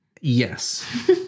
Yes